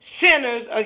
sinners